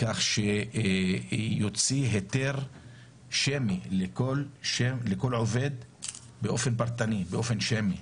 שהוא יוציא היתר שמי, באופן פרטני לכל עובד,